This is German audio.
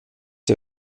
der